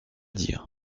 dire